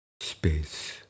space